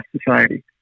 society